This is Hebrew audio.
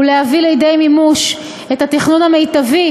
ולהביא לידי מימוש את התכנון המיטבי